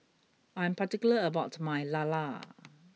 I am particular about my Lala